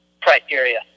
criteria